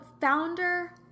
Founder